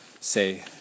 say